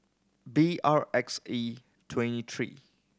B R X E twenty three